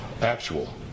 actual